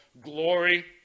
glory